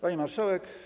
Pani Marszałek!